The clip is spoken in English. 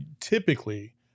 typically